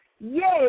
Yes